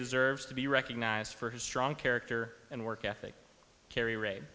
deserves to be recognized for his strong character and work ethic carry ray